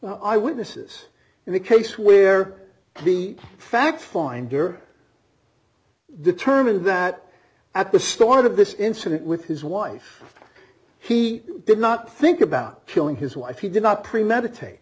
i witness says in the case where the fact finder determined that at the start of this incident with his wife he did not think about killing his wife he did not premeditate